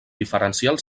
diferencial